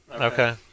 Okay